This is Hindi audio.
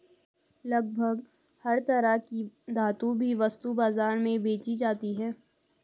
लगभग हर तरह की धातु भी वस्तु बाजार में बेंची जाती है